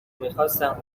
میخاستن